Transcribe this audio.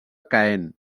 caen